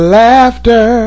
laughter